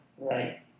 Right